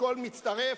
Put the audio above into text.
הכול מצטרף,